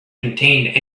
contained